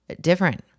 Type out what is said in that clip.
different